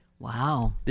Wow